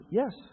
yes